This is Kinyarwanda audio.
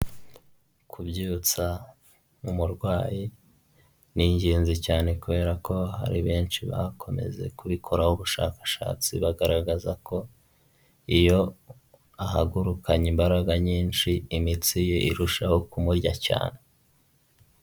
Kubyutsa umurwayi ni ingenzi cyane kubera ko hari benshi bakomeje kubikoraho ubushakashatsi bagaragaza ko iyo ahagurukanye imbaraga nyinshi imitsi ye irushaho kumurya cyane.